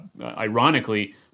ironically